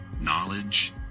knowledge